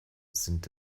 sind